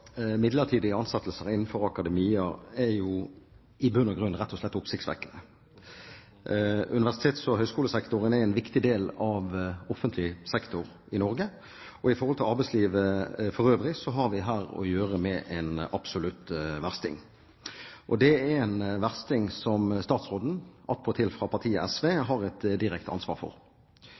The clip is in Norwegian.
midlertidige ansettelser innefor akademia, er i bunn og grunn rett og slett oppsiktsvekkende. Universitets- og høyskolesektoren er en viktig del av offentlig sektor i Norge. I forhold til arbeidslivet for øvrig har vi her å gjøre med en absolutt versting. Det er en versting som statsråden, attpåtil fra partiet SV, har et direkte ansvar for.